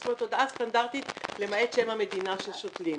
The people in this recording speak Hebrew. זאת הודעה סטנדרטית למעט שם המדינה ששותלים.